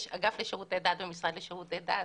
יש אגף לשירותי דת במשרד לשירותי דת.